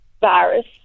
virus